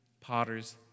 potter's